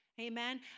Amen